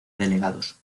delegados